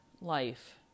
life